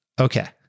Okay